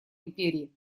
империи